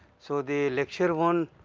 so, the lecture one,